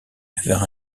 vers